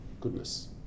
goodness